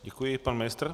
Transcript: Děkuji, pan ministr.